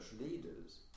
leaders